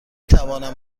توانم